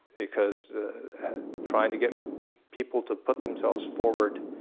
because trying to get people to put themselves forward